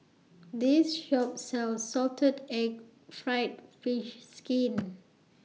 This Shop sells Salted Egg Fried Fish Skin